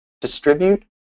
distribute